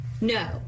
No